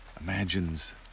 imagines